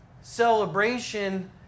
celebration